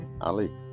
Ali